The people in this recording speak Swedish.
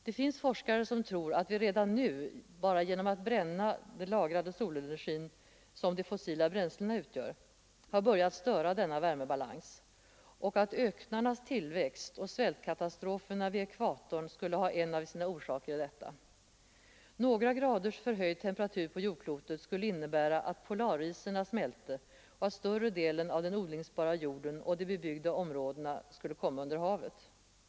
Det finns forskare som tror att vi redan nu bara genom att bränna den lagrade solenergi som de fossila bränslena utgör har börjat störa denna värmebalans och att öknarnas tillväxt och svältkatastroferna vid ekvatorn skulle ha en av sina orsaker i detta. Några graders förhöjd temperatur på jordklotet skulle innebära att polarisarna smälte och att större delen av den odlingsbara jorden och de bebyggda områdena skulle komma under havet.